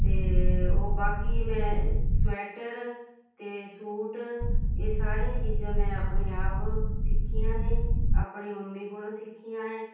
ਅਤੇ ਓ ਬਾਕੀ ਮੈਂ ਸਵੈਟਰ ਅਤੇ ਸੂਟ ਇਹ ਸਾਰੀਆਂ ਚੀਜ਼ਾਂ ਮੈਂ ਆਪਣੇ ਆਪ ਸਿੱਖੀਆਂ ਨੇ ਆਪਣੀ ਮੰਮੀ ਕੋਲੋਂ ਸਿੱਖੀਆਂ ਹੈ